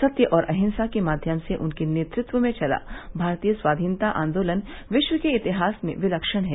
सत्य और अहिंसा के माध्यम से उनके नेतृत्व में चला भारतीय स्वाधीनता आंदोलन विश्व के इतिहास में विलक्षण है